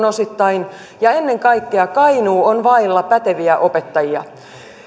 osittain ja ennen kaikkea kainuu on vailla päteviä opettajia